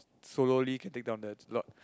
solo-ly can take down the Lord